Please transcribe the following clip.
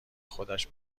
خودش